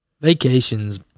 Vacation's